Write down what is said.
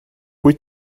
wyt